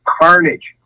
carnage